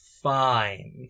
fine